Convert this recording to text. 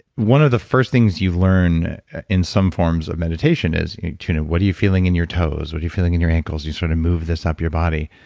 one of the first things you learn in some forms of meditation is. you tune in, what are you feeling in your toes, what are you feeling in your ankles? you sort of move this up your body,